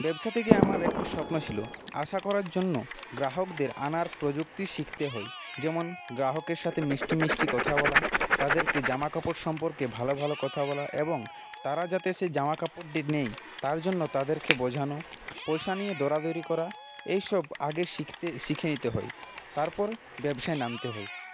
ব্যবসা থেকে আমার একটি স্বপ্ন ছিল আশা করার জন্য গ্রাহকদের আনার প্রযুক্তি শিখতে হয় যেমন গ্রাহকের সাথে মিষ্টি মিষ্টি কথা বলা তাদেরকে জামাকাপড় সম্পর্কে ভালো ভালো কথা বলা এবং তারা যাতে সেই জামাকাপড়টি নেয় তার জন্য তাদেরকে বোঝানো পয়সা নিয়ে দরাদরি করা এসব আগে শিখতে শিখে নিতে হয় তারপর ব্যবসায় নামতে হয়